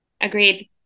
Agreed